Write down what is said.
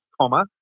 comma